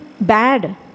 bad